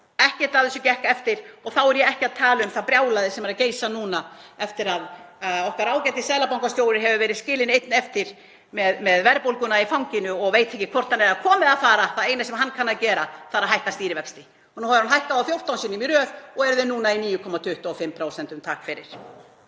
ekkert af þessu gekk eftir og þá er ég ekki að tala um það brjálæði sem geisar núna eftir að okkar ágæti seðlabankastjóri hefur verið skilinn einn eftir með verðbólguna í fanginu og veit ekki hvort hann er að koma eða fara. Það eina sem hann kann að gera er að hækka stýrivexti. Nú hefur hann hækkað þá 14 sinnum í röð og eru þeir núna í 9,25%, takk fyrir.